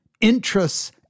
interests